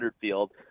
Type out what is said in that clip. field